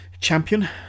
champion